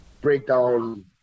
breakdown